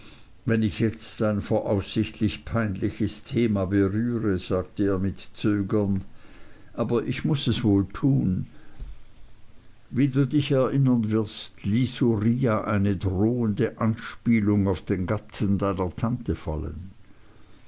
wenn ich jetzt ein voraussichtlich peinliches thema berühre sagte er mit zögern aber ich muß es wohl tun wie du dich erinnern wirst ließ uriah eine drohende anspielung auf den gatten deiner tante fallen